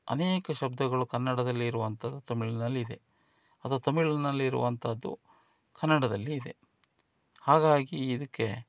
ಅನೇಕ ಶಬ್ದಗಳು ಕನ್ನಡದಲ್ಲಿ ಇರುವಂಥದ್ದು ತಮಿಳ್ನಲ್ಲಿದೆ ಅಥ್ವಾ ತಮಿಳ್ನಲ್ಲಿರುವಂಥದ್ದು ಕನ್ನಡದಲ್ಲಿ ಇದೆ ಹಾಗಾಗಿ ಇದಕ್ಕೆ